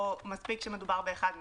או מספיק שמדובר באחד מהם,